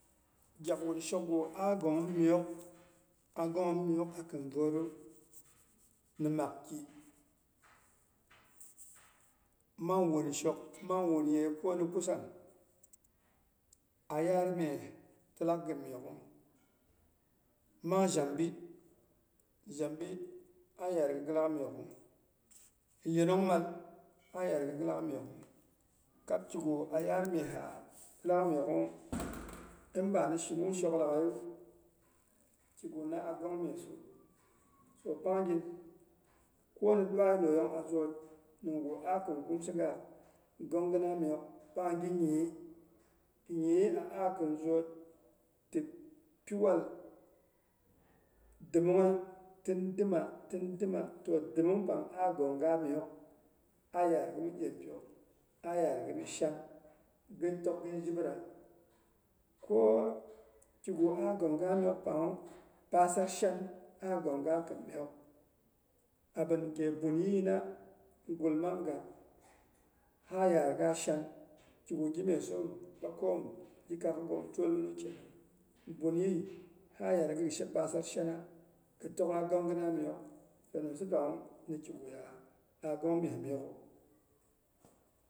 Gyak wunshok gu ah gongnyim miyook a gongnyim myiyook akin vootdu ni maakki mang wushok mang wunyei koni kusam ayar mye tilak gin myook'gh mang zhambi. Zhanbi a yaarga gɨlak miyook'gh. Kabkigu ah yar myeha tilak miyook'ghnwu, inba ni shinung shok laghaiyu, kiguna a gongmyesu. Toh panggnyin koni dwai loyong a zwoot nimgu ah kɨn kumsi gaak gonɨna myiyook pangi nyɨi. Nyɨi a'akɨn zwot tipi wal dɨmungha, tin dɨma, tin dɨma, toh dɗmungha, tin dɨma, tin dɨma, toh dɨmung pang ah gonga miyook, ayaarghɨ mi dyem pyok, ah yaarga mi shan, gɨntok gɨn zhibira ko kigu ah gonga myiyook pangwu pasar shan ah gonga kɨn myiyook abin gye bunyɨina gulmang ga ha yaang shan, kigu gimye shewu mbankaiyom gi kakaghom twolmin bunyɨi ha yaarga gɨ pi pasar shana. Gɨ tokgha gonghina myiyook toh nimsa pangnwu nikignya ah gong mye myiyookgwu.